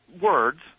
words